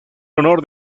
honor